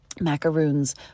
macaroons